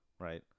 right